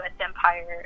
empire